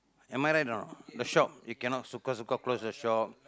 am I right or not the shop you cannot suka suka close the shop